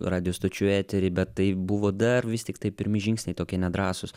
radijo stočių etery bet tai buvo dar vis tiktai pirmi žingsniai tokie nedrąsūs